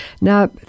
Now